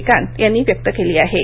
श्रीकांत यांनी व्यक्त केली आहे